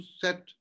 set